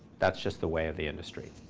that's just the way of the industry.